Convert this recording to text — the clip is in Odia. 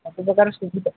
ସବୁ ପ୍ରକାର ସୁବିଧା